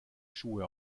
schuhe